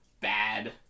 bad